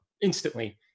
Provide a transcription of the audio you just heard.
instantly